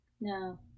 no